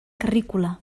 carrícola